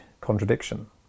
contradiction